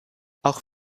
auch